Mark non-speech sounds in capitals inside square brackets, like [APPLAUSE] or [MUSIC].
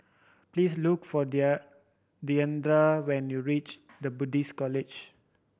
please look for [UNINTELLIGIBLE] when you reach The Buddhist College